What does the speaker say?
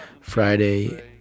friday